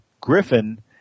Griffin